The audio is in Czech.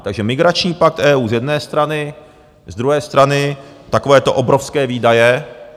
Takže migrační pakt EU z jedné strany, z druhé strany takovéto obrovské výdaje.